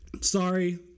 Sorry